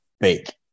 fake